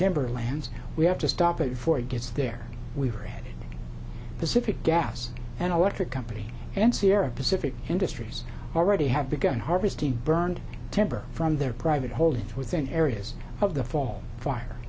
timber lands we have to stop it before it gets there we heard pacific gas and electric company and sierra pacific industries already have begun harvesting burned temper from their private holdings within areas of the fall fire